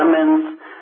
elements